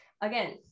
Again